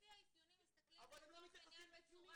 לפי האפיונים מסתכלים לצורך העניין בצורה